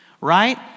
right